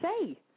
say